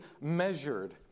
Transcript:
measured